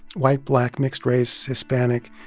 white, black, mixed race, hispanic,